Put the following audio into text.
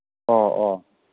ꯑꯣ ꯑꯣ